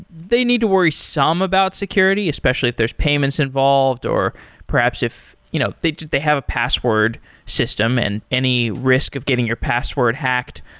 they need to worry some about security, especially if there's payments involved, or perhaps if you know they they have a password system and any risk of getting your password hacked,